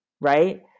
right